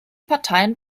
parteien